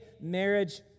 marriage